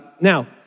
Now